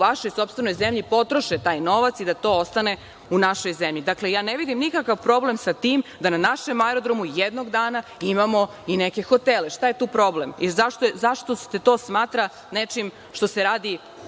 vašoj sopstvenoj zemlji potroše taj novac i da to ostane u našoj zemlji. Dakle, ne vidim nikakav problem sa tim da na našem aerodromu jednog dana imamo i neke hotele. Šta je tu problem? Zašto se to smatra nečim što se radi